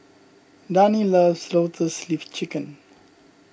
Dani loves Lotus Leaf Chicken